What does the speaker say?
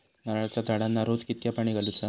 नारळाचा झाडांना रोज कितक्या पाणी घालुचा?